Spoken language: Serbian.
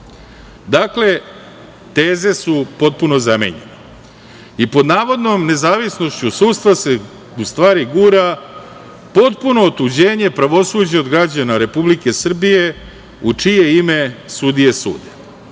teze su potpuno zamenjene i pod navodnom nezavisnošću sudstva se u stvari gura potpuno otuđenje pravosuđa od građana Republike Srbije u čije ime sudije sude.